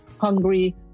hungry